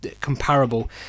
comparable